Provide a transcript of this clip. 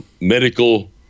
medical